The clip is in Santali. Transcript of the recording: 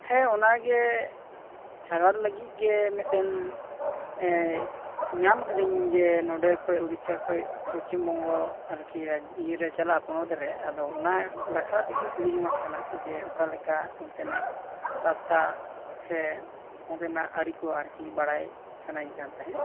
ᱦᱮᱸ ᱚᱱᱟᱜᱮ ᱥᱟᱜᱟᱲ ᱞᱟ ᱜᱤᱫ ᱜᱮ ᱢᱤᱫᱴᱮᱱ ᱮᱸ ᱧᱟᱢᱟᱠᱟᱫᱟ ᱧ ᱡᱮ ᱱᱚᱸᱰᱮ ᱠᱷᱚᱱ ᱩᱲᱤᱥᱥᱟ ᱠᱷᱚᱱ ᱯᱚᱪᱷᱤᱢ ᱵᱚᱝᱜᱚ ᱟᱨ ᱠᱤ ᱤᱭᱟ ᱨᱮ ᱪᱟᱞᱟᱜ ᱯᱚᱱᱚᱛ ᱨᱮ ᱟᱫᱚ ᱚᱱᱟ ᱵᱟᱠᱷᱨᱟ ᱛᱮᱜᱮᱧ ᱠᱩᱞᱤ ᱡᱚᱝᱼᱟᱜ ᱠᱟᱱᱟ ᱡᱮ ᱚᱠᱟᱞᱮᱠᱟ ᱚᱱᱛᱮᱱᱟᱜ ᱨᱟᱥᱛᱟ ᱥᱮ ᱚᱸᱰᱮᱱᱟᱜ ᱟᱹᱨᱤ ᱠᱚ ᱟᱨ ᱠᱤ ᱵᱟᱲᱟᱭ ᱥᱟᱱᱟᱭᱤᱧ ᱠᱟᱱ ᱛᱟᱦᱮᱸᱫ